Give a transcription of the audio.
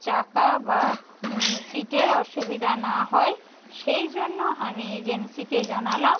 চাকা বা সিটের অসুবিধা না হয় সেই জন্য আমি এজেন্সিকে জানালাম